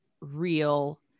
real